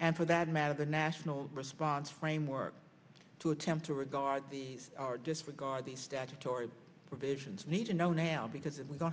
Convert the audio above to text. and for that matter the national response framework to attempt to regard these are disregard the statutory provisions need to know now because if w